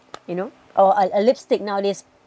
you know or a lipstick nowadays